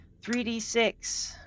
3d6